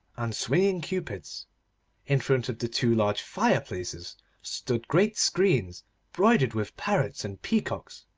and swinging cupids in front of the two large fire-places stood great screens broidered with parrots and peacocks,